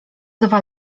dwa